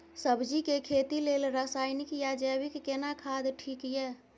सब्जी के खेती लेल रसायनिक या जैविक केना खाद ठीक ये?